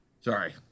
Sorry